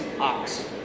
ox